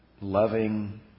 loving